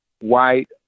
white